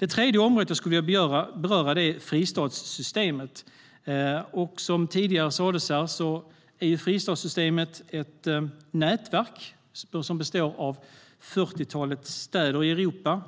Det tredje området jag skulle vilja beröra är fristadssystemet. Som sas här tidigare är fristadssystemet ett nätverk som består av ett fyrtiotal städer i Europa